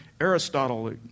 Aristotle